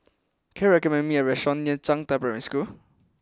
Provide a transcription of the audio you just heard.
can you recommend me a restaurant near Zhangde Primary School